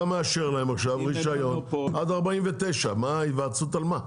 אתה מאשר להם עכשיו רישיון עד 2049. היוועצות על מה?